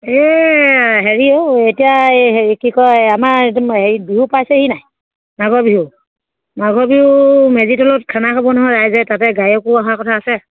এই হেৰি অ' এতিয়া হেৰি কি কয় আমাৰ হেৰি বিহু পাইছেইিনে মাঘৰ বিহু মাঘৰ বিহু মেজি তলত খানা খাব নহয় ৰাইজে তাতে গায়কো অহাৰ কথা আছে